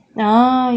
oh ya